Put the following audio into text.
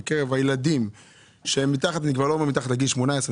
בקרב הילדים שהם מתחת לגיל 14,